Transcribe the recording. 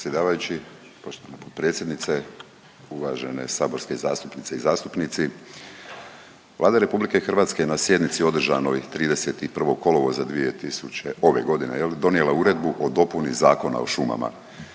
predsjedavajući, poštovana potpredsjednice, uvažene saborske zastupnice i zastupnici Vlada Republike Hrvatske na sjednici održanoj 31. kolovoza ove godine donijela je Uredbu o dopuni Zakona o šumama.